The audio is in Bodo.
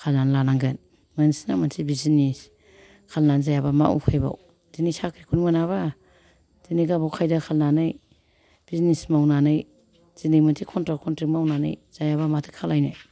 खालामनानै लानांगोन मोनसे नङा मोनसे बिजिनिस खालामनानै जायाबा मा उफायबाव दिनै साख्रिखौनो मोनाबा दिनै गावबा गाव खायदा खालामनानै बिजिनिस मावनानै दिनै मोनसे खन्थ्राग खन्थ्रिग मावनानै जायाबा माथो खालामनो